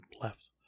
left